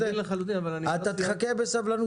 אתה תחכה בסבלנות.